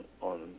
on